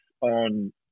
on